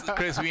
Chris